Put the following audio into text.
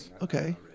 okay